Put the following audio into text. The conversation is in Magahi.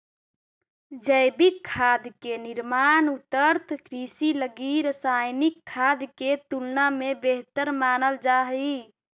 जैविक खाद के निर्माण उन्नत कृषि लगी रासायनिक खाद के तुलना में बेहतर मानल जा हइ